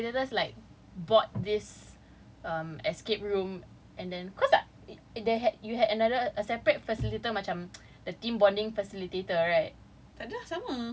oh so like the facilitators like bought this escape room and then cause like they had you had a separate facilitator macam team bonding facilitator right